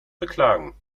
beklagen